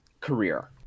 career